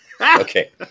Okay